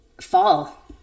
fall